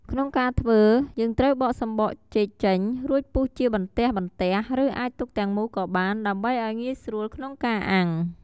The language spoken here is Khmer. ក្នុងការធ្វើ យើងត្រូវបកសំបកចេកចេញ រួចពុះជាបន្ទះៗ ឬអាចទុកទាំងមូលក៏បាន ដើម្បីឱ្យងាយស្រួលក្នុងការអាំង។